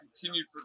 continued